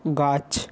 গাছ